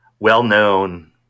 well-known